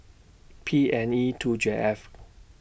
P N E two J F